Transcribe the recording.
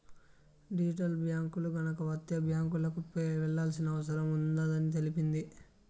digital బ్యాంకులు గనక వత్తే బ్యాంకులకు వెళ్లాల్సిన అవసరం ఉండదని తెలిపింది